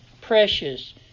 precious